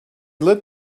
lit